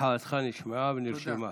מחאתך נשמעה ונרשמה.